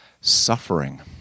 suffering